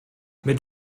mit